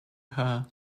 her